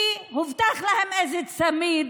כי הובטח להם איזה צמיד